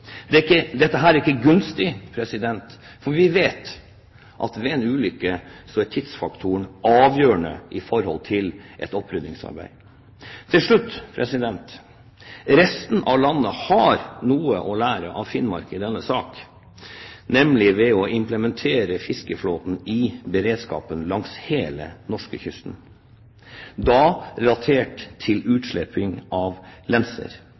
Dette er ikke gunstig, for vi vet at ved en ulykke er tidsfaktoren avgjørende med tanke på oppryddingsarbeidet. Til slutt: Resten av landet har noe å lære av Finnmark i denne sak, nemlig å implementere fiskeflåten i beredskapen langs hele norskekysten – da relatert til utslipp av lenser.